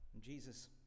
Jesus